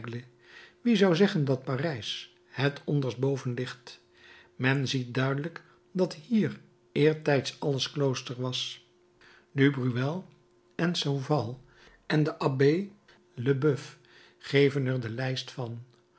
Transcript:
wie zou zeggen dat parijs het onderst boven ligt men ziet duidelijk dat hier eertijds alles klooster was du breuil en sauval en de abbé leboeuf geven er de lijst van